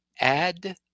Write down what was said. Add